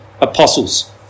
apostles